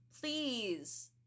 Please